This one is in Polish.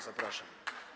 Zapraszam.